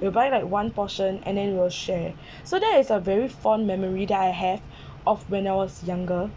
we buy like one portion and then we will share so that is a very fond memory that I have of when I was younger